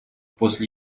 после